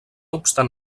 obstant